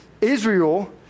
Israel